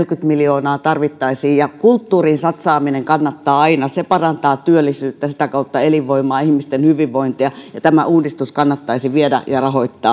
miljoonaa tarvittaisiin kulttuuriin satsaaminen kannattaa aina se parantaa työllisyyttä sitä kautta elinvoimaa ihmisten hyvinvointia ja tämä uudistus kannattaisi viedä ja rahoittaa